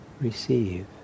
receive